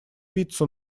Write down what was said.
пиццу